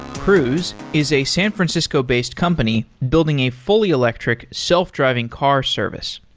cruise is a san francisco-based company building a fully electric self-driving car service.